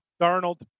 Darnold